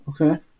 Okay